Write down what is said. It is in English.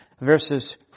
verses